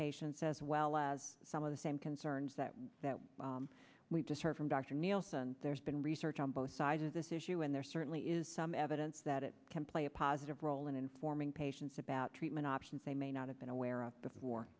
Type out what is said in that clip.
patients as well as some of the same concerns that we just heard from dr nielsen there's been research on both sides of this issue and there certainly is some evidence that it can play a positive role in informing patients about treatment options they may not have been aware of before